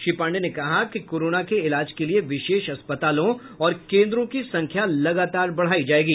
श्री पांडेय ने कहा कि कोरोना के इलाज के लिये विशेष अस्पतालों और केन्द्रों की संख्या लगातार बढ़ायी जायेगी